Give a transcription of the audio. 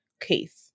case